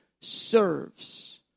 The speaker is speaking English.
serves